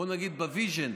בוא נגיד ב-vision,